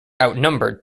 outnumbered